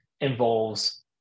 involves